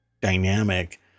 dynamic